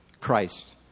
Christ